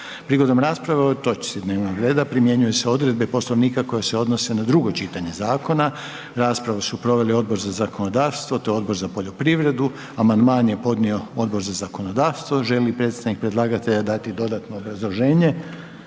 Prigodom rasprave o ovoj točci dnevnog reda primjenjuju se odredbe Poslovnika koje se odnose na drugo čitanje zakona. Raspravu su proveli Odbor za zakonodavstvo te Odbor za poljoprivredu. Amandman je podnio Odbor za zakonodavstvo. Želi li predstavnik predlagatelja dati dodatno obrazloženje?